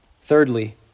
Thirdly